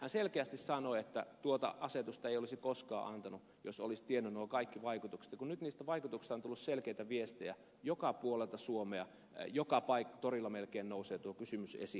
hän selkeästi sanoi että tuota asetusta ei olisi koskaan antanut jos olisi tiennyt nuo kaikki vaikutukset ja kun nyt niistä vaikutuksista on tullut selkeitä viestejä joka puolelta suomea joka torilla melkein nousee tuo kysymys esiin